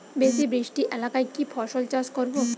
বেশি বৃষ্টি এলাকায় কি ফসল চাষ করব?